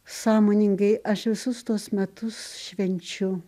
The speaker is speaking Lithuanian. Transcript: sąmoningai aš visus tuos metus švenčiu